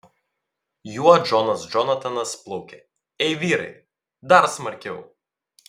juo džonas džonatanas plaukia ei vyrai dar smarkiau